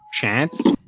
chance